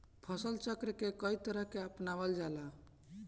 फसल चक्र के कयी तरह के अपनावल जाला?